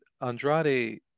Andrade